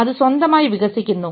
അത് സ്വന്തമായി വികസിക്കുന്നു